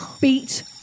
beat